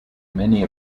many